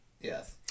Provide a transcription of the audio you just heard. Yes